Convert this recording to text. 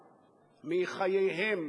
מחייהם,